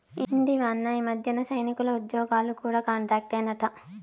ఇంటివా అన్నా, ఈ మధ్యన సైనికుల ఉజ్జోగాలు కూడా కాంట్రాక్టేనట